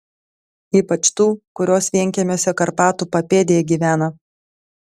ypač tų kurios vienkiemiuose karpatų papėdėje gyvena